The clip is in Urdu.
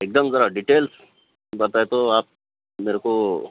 ایک دم ذرا ڈیٹیلس بتائے تو آپ میرے کو